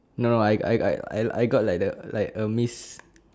no I I I I I got like the like a miss